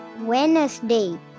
Wednesday